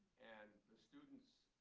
and the students'